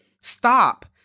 Stop